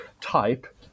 type